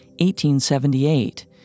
1878